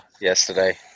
yesterday